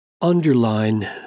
underline